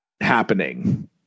happening